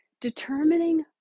determining